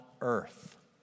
earth